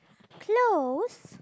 close